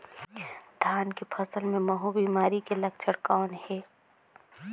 धान के फसल मे महू बिमारी के लक्षण कौन हे?